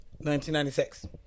1996